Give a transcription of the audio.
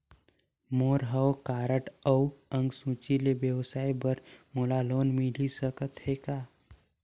मोर हव कारड अउ अंक सूची ले व्यवसाय बर मोला लोन मिल सकत हे का?